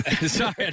Sorry